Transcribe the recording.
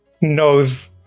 knows